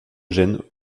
gènes